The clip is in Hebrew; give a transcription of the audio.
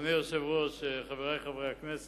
אדוני היושב-ראש, חברי חברי הכנסת,